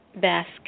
Basque